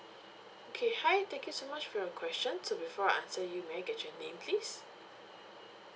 okay hi thank you so much for your question so before I answer you may I get your name please